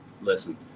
listen